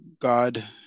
God